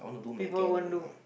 people won't do